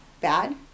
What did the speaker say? Bad